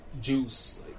juice